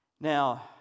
Now